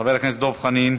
חבר הכנסת דב חנין.